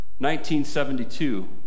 1972